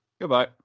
Goodbye